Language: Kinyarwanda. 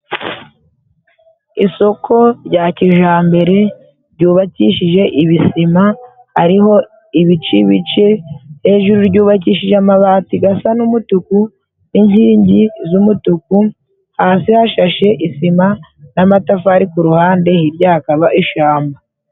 Isoko rya kijambere ryubakishije ibisima ariho ibice bice. Hejuru ryubakishije amabati gasa n'umutuku n'inkingi z'umutuku, hasi hashashe isima n'amatafari ku ruhande, hirya hakaba ishamba.